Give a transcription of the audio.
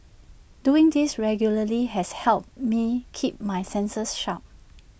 doing this regularly has helped me keep my senses sharp